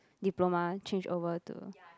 diploma change over to